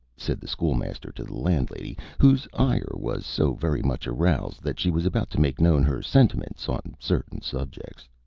said the school-master to the landlady, whose ire was so very much aroused that she was about to make known her sentiments on certain subjects.